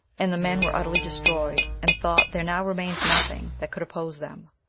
and the men were utterly destroyed, and thought there now remained nothing that could oppose them.